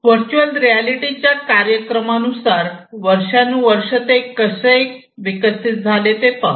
virtual रियालिटीच्या कालक्रमानुसार वर्षानुवर्षे ते कसे विकसित झाले ते पाहू